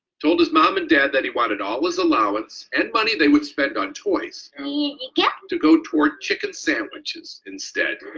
told his mom and dad that he wanted all his allowance and money they would spend on toys and to go toward chicken sandwiches instead.